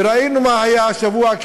וראינו מה היה השבוע,